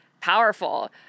powerful